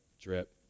drip